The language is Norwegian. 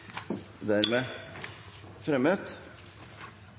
dermed